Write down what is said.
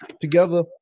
together